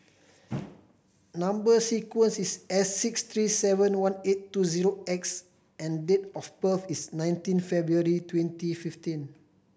number sequence is S six three seven one eight two zero X and date of birth is nineteen February twenty fifteen